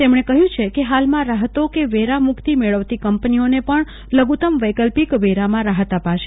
તેમણે કહ્યું કે હાલમાં રાફતો કે વેરા મુક્ત મેળવતી કંપનીઓને પણ લગુતમ વેકલ્પિત વેરામાં રાફત અપાશે